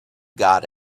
got